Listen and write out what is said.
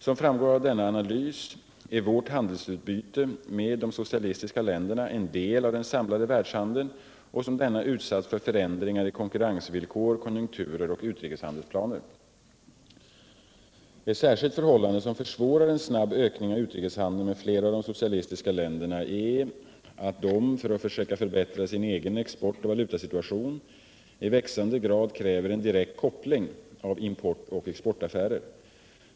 Som framgår av denna analys är vårt handelsutbyte med de socialistiska länderna en del av den samlade världshandeln och som denna utsatt för förändringar i konkurrensvillkor, konjunkturer och utrikeshandelsplaner. Ett särskilt förhållande som försvårar en snabb ökning av utrikeshandeln med flera av de socialistiska länderna är att de, för att försöka förbättra sin egen export och valutasituation, i växande grad kräver en direkt koppling av import och exportaffärer.